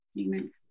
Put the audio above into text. Amen